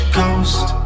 ghost